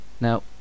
now